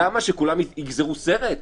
למה, שכולם יגזרו סרט?